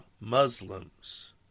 Muslims